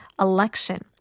election